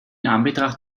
anbetracht